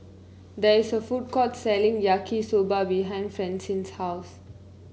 there is a food court selling Yaki Soba behind Francine's house